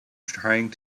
trying